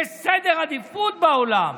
יש לה סדר עדיפות בעולם: